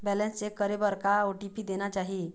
Balance check करे बर का ओ.टी.पी देना चाही?